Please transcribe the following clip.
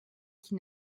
qui